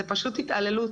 זאת פשוט התעללות.